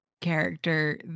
character